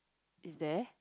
is there